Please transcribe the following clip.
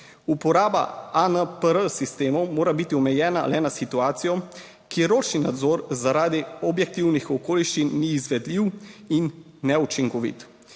Uporaba ANPR sistemov mora biti omejena le na situacijo, kjer ročni nadzor zaradi objektivnih okoliščin ni izvedljiv in neučinkovit.